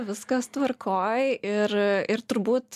viskas tvarkoj ir ir turbūt